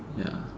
ya